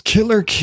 Killer